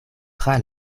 tra